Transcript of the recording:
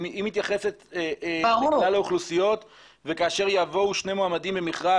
היא מתייחסת לאוכלוסיות וכאשר יבואו שני מועמדים למכרז,